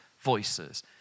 voices